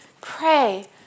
pray